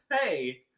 hey